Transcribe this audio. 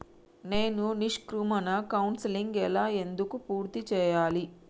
నేను నిష్క్రమణ కౌన్సెలింగ్ ఎలా ఎందుకు పూర్తి చేయాలి?